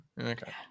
Okay